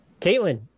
Caitlin